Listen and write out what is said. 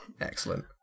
excellent